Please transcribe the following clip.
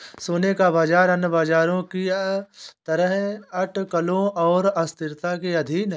सोने का बाजार अन्य बाजारों की तरह अटकलों और अस्थिरता के अधीन है